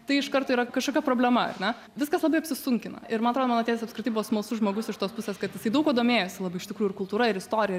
tai iš karto yra kažkokia problema ar ne viskas labai apsisunkina ir man atrodo mano tėtis apskritai buvo smalsus žmogus iš tos pusės kad jisai daug kuo domėjosi labai iš tikrųjų ir kultūra ir istorija